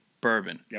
bourbon